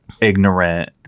ignorant